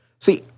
See